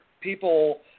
people